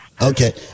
Okay